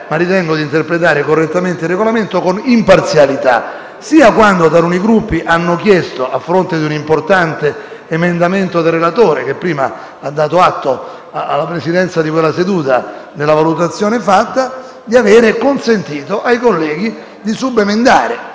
ma ritengo di interpretare correttamente il Regolamento con imparzialità. Quando taluni Gruppi hanno fatto una richiesta, a fronte di un importante emendamento del relatore, hanno poi dato atto alla Presidenza di quella seduta della valutazione fatta, ossia di aver consentito ai colleghi di subemendare.